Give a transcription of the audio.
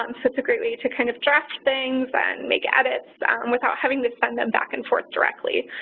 um so, it's a great way to kind of draft things and make edits without having to send them back and forth directly.